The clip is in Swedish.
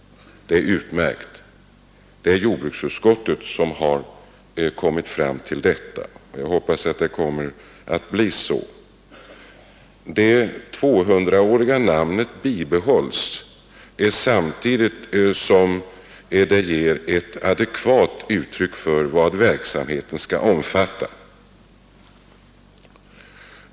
Det är utmärkt. Det är jordbruksutskottet som har kommit fram till detta, och jag hoppas att det kommer att bli så. Det 200-åriga namnet bibehålles samtidigt som det ger ett adekvat uttryck för vad verksamheten nu skall omfatta.